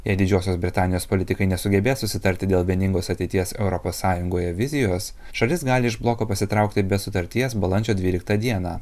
jei didžiosios britanijos politikai nesugebės susitarti dėl vieningos ateities europos sąjungoje vizijos šalis gali iš bloko pasitraukti be sutarties balandžio dvyliktą dieną